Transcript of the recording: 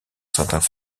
certains